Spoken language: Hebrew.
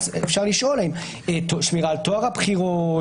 אז אפשר לשאול על שמירה על טוהר הבחירות,